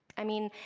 i mean,